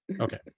okay